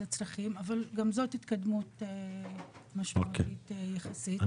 לצרכים אבל גם זאת התקדמות משמעותית יחסית.